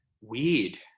weird